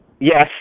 Yes